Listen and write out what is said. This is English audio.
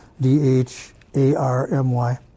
D-H-A-R-M-Y